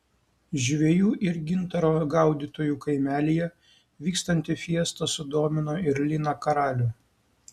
žvejų ir gintaro gaudytojų kaimelyje vykstanti fiesta sudomino ir liną karalių